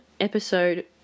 episode